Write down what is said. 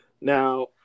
now